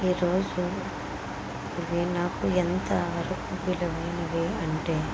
ఈ రోజు అది నాకు ఎంతవరకు విలువైనది అంటే